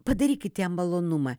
padarykit jam malonumą